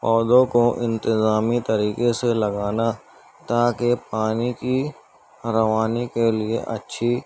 پودوں کو انتظامی طریقے سے لگانا تاکہ پانی کی روانی کے لیے اچھی